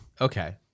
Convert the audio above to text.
Okay